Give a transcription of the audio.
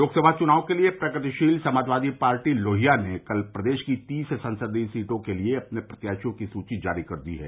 लोकसभा चुनाव के लिए प्रगतिशील समाजवादी पार्टी लोहिया ने कल प्रदेश की तीस संसदीय सीटों के लिए अपने प्रत्याशियों की सुदी जारी कर दी है